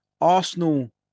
Arsenal